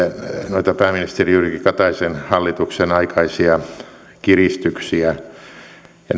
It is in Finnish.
noita pääministeri jyrki kataisen hallituksen aikaisia kiristyksiä ja